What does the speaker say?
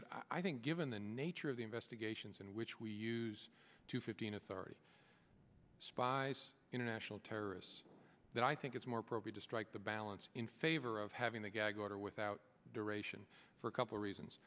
but i think given the nature of the investigations in which we use to fifteen authority spies international terrorists that i think it's more appropriate to strike the balance in favor of having a gag order without duration for a couple reasons